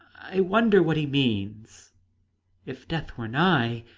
i wonder what he means if death were nigh,